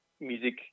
music